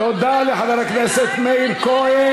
איזה זוטות,